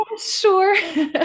Sure